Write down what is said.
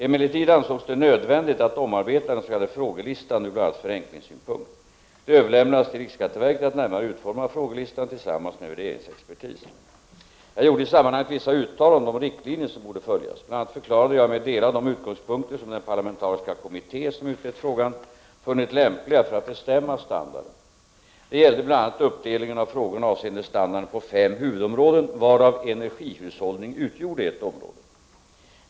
Emellertid ansågs det nödvändigt att omarbeta den s.k. frågelistan ur bl.a. förenklings synpunkt. Det överlämnades till riksskatteverket att närmare utforma frågelistan tillsammans med värderingsexpertis. Jag gjorde i sammanhanget vissa uttalanden om de riktlinjer som borde följas. Bl.a. förklarade jag mig dela de utgångspunkter som den parlamentariska kommitté som utrett frågan funnit lämpliga för att bestämma standarden. Detta gällde bl.a. uppdelningen av frågorna avseende standarden på fem huvudområden, varav energihushållning utgjorde ett område.